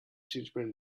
gingerbread